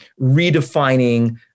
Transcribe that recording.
redefining